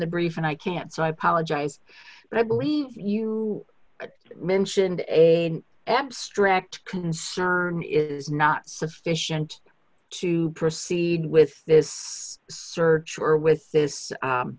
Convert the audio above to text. the brief and i can't so i apologize i believe you mentioned an abstract concern is not sufficient to proceed with this search or with this